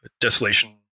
Desolation